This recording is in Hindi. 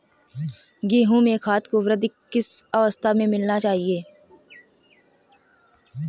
गेहूँ में खाद को वृद्धि की किस अवस्था में मिलाना चाहिए?